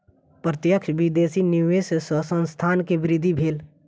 प्रत्यक्ष विदेशी निवेश सॅ संस्थान के वृद्धि भेल